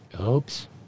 Oops